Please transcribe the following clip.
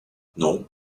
non